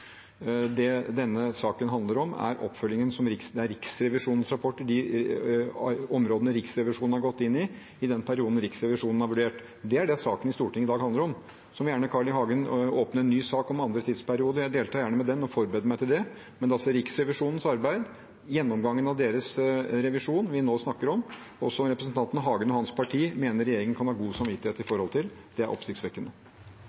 Det denne saken handler om, er oppfølgingen av Riksrevisjonens rapport på de områdene som Riksrevisjonen har gått inn i, i den perioden Riksrevisjonen har vurdert. Det er det saken i Stortinget i dag handler om. Så må Carl I. Hagen gjerne åpne ny sak om andre tidsperioder. Jeg deltar gjerne i den og forbereder meg til det. Men det er Riksrevisjonens arbeid, gjennomgangen av deres revisjon, vi nå snakker om, og hvor representanten Carl I. Hagen og hans parti mener regjeringen kan ha god samvittighet.